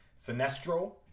Sinestro